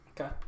Okay